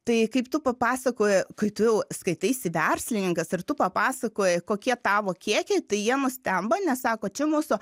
tai kaip tu papasakoji kai tu jau skaitaisi verslininkas ir tu papasakoji kokie tavo kiekiai tai jie nustemba nes sako čia mūsų